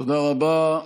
תודה רבה.